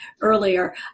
earlier